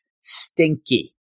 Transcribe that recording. stinky